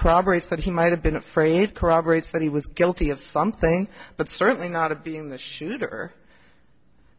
crime rates that he might have been afraid corroborates that he was guilty of something but certainly not of being the shooter